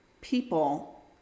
people